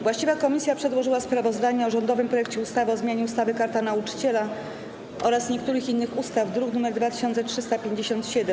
Właściwa komisja przedłożyła sprawozdanie o rządowym projekcie ustawy o zmianie ustawy - Karta Nauczyciela oraz niektórych innych ustaw, druk nr 2357.